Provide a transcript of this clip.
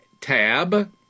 tab